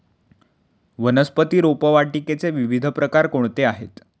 वनस्पती रोपवाटिकेचे विविध प्रकार कोणते आहेत?